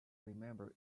remember